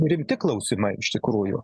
rimti klausimai iš tikrųjų